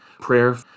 prayer